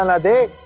um day